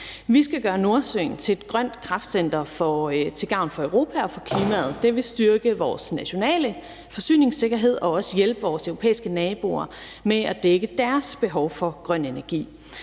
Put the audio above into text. Vi skal gøre Nordsøen til et grønt kraftcenter til gavn for Europa og for klimaet, og det vil styrke vores nationale forsyningssikkerhed og også hjælpe vores europæiske naboer med at dække deres behov for grøn energi.